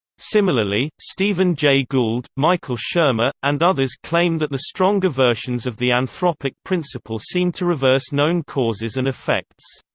similarly, stephen jay gould, michael shermer, and others claim that the stronger versions of the anthropic principle seem to reverse known causes and effects.